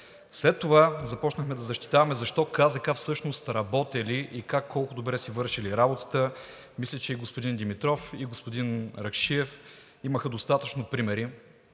След това започнахме да защитаваме защо КЗК всъщност работели и колко добре си вършели работата. Мисля, че и господин Димитров, и господин Ракшиев имаха достатъчно примери,